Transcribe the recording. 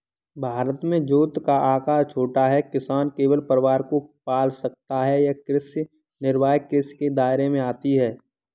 भारत में जोत का आकर छोटा है, किसान केवल परिवार को पाल सकता है ये कृषि निर्वाह कृषि के दायरे में आती है